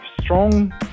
strong